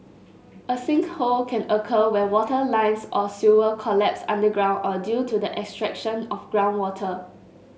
a sinkhole can occur when water lines or sewer collapses underground or due to the extraction of groundwater